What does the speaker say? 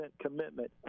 commitment